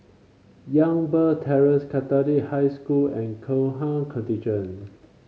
Youngberg Terrace Catholic High School and Gurkha Contingent